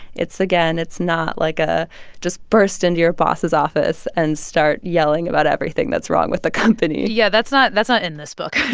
it's again, it's not, like, a just burst into your boss's office and start yelling about everything that's wrong with the company yeah, that's not that's not in this book